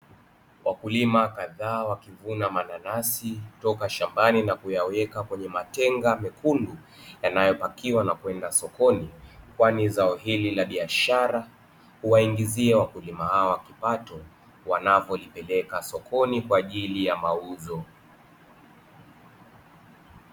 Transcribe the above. Wakulima kadhaa wakivuna mananasi toka shambani na kuyaweka kwenye matenga mekundu yanayopakiwa na kwenda sokoni. Kwani zao hili la biashara huwaingizia wakulima hawa kipato wanavyolipeleka sokoni kwa ajili ya mauzo.